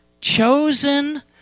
Chosen